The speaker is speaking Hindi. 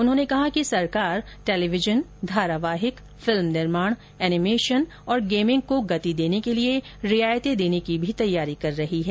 उन्होंने कहा कि सरकार टेलिविजन धारावाहिक फिल्म निर्माण एनिमेशन और गेमिंग को गति देने के लिए रियायते देने की भी तैयारी कर रही है